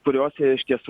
kuriose iš tiesų